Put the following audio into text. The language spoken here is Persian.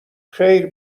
خیر